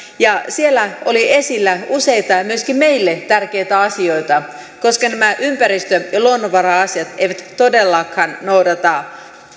ja siellä oli esillä useita myöskin meille tärkeitä asioita koska nämä ympäristö ja luonnonvara asiat eivät todellakaan noudata